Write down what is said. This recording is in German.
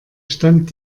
stand